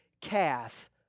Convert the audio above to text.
calf